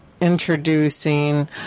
introducing